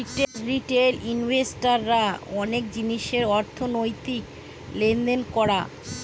retail invest রা অনেক জিনিসের অর্থনৈতিক লেনদেন করা